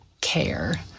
care